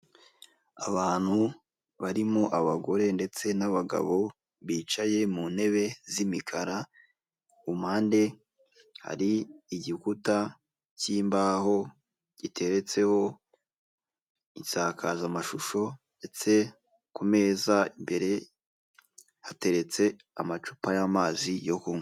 Abantu barimo abagore ndetse n' abagabo bicaye mu ntebe zimikara. Ku mpande hari igikuta cy'imbaho giteretseho isakazamashusho, ndetse ku meza imbere hateretse amacupa y'amazi yo kunywa.